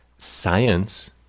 Science